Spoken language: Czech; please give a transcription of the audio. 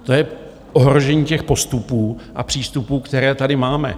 To je ohrožení těch postupů a přístupů, které tady máme.